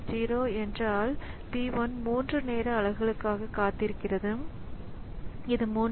0 என்றால் P 1 3 நேர அலகுக்காக காத்திருக்கிறது இது 3